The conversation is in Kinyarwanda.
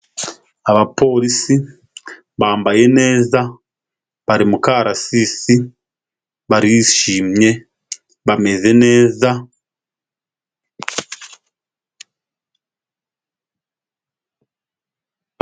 Abapolisi bambaye neza bari mukarasisi barishimye bameze neza.